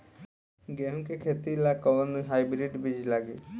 गेहूं के खेती ला कोवन हाइब्रिड बीज डाली?